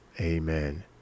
Amen